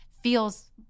Feels